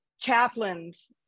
chaplains